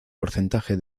porcentaje